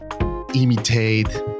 imitate